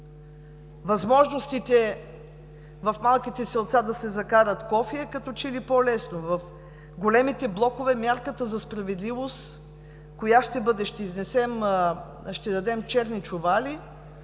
Възможностите в малките селца да се закарат кофи като че ли е по-лесно. В големите блокове мярката за справедливост коя ще бъде – ще дадем черни чували,